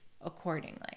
accordingly